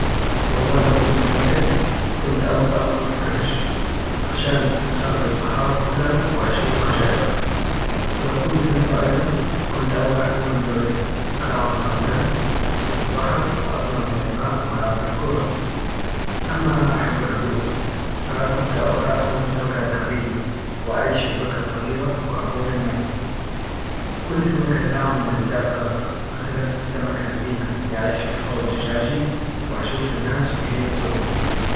والله لو كنت سمكة كنت أبغى أكون قرش، عشان أسافر البحار كلها وأشوف عجائبها، ولو كنت سمكة أيضا! كنت أبغى أكون دولفين ألعب مع الناس في البحر وأطلع من الماء وألعب بالكرة، أما أنا أحب الهدوء فكنت أبغى أكون سمكة زهبية وأعيش في بركة صغيرة وأكون الملك، كل سمكة لها مميزات خاصة مثلا سمكة زينة يعيش في حوض زجاجي وأشوف الناس وهي تزورني.